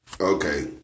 Okay